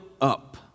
up